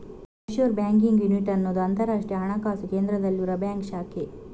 offshore banking unit ಅನ್ನುದು ಅಂತರಾಷ್ಟ್ರೀಯ ಹಣಕಾಸು ಕೇಂದ್ರದಲ್ಲಿರುವ ಬ್ಯಾಂಕ್ ಶಾಖೆ